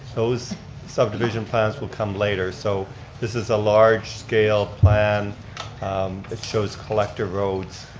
those subdivision plans will come later, so this is a large-scale plan that shows collector roads,